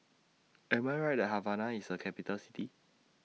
Am I Right that Havana IS A Capital City